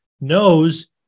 knows